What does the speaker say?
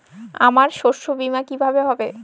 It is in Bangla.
আমার শস্য বীমা কিভাবে হবে?